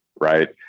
right